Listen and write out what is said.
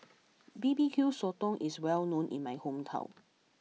B B Q Sotong is well known in my hometown